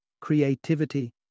creativity